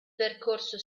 percorso